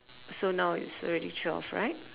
so now it's already twelve right